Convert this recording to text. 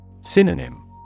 Synonym